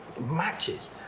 matches